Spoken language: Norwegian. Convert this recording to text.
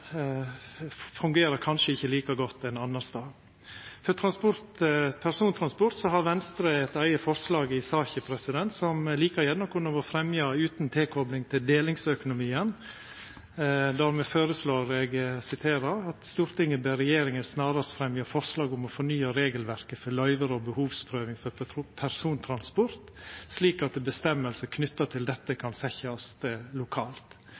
ikkje like godt ein annan stad. For persontransport har Venstre eit eige forslag i saka, som like gjerne kunne vore fremja utan tilkopling til delingsøkonomien, der me føreslår: «Stortinget ber regjeringen snarest fremme forslag om å fornye regelverket for løyver og behovsprøving for persontransport slik at bestemmelser knyttet til dette kan settes lokalt.»